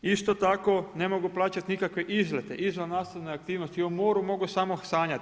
Isto tako ne mogu plaćati nikakve izlete, izvannastavne aktivnosti, o moru mogu samo sanjati.